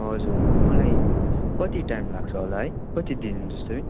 हजुर मलाई कति टाइम लाग्छ होला है कति दिन जस्तै